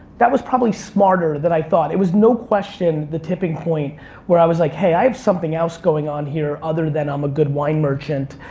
that was probably smarter than i thought. it was no question the tipping point where i was like hey, i have something else going on here other than i'm a good wine merchant.